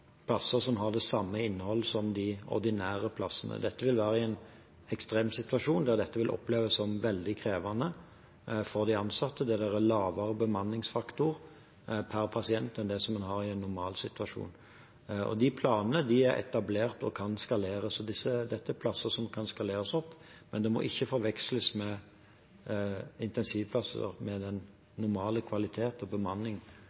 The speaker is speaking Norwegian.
plasser som har det samme innholdet som de ordinære plassene. Dette vil være i en ekstremsituasjon, der dette vil oppleves som veldig krevende for de ansatte, der det er en lavere bemanningsfaktor per pasient enn det en har i en normalsituasjon. De planene er etablert og kan skaleres. Dette er plasser som kan skaleres opp, men de må ikke forveksles med intensivplasser med den normale kvalitet og bemanning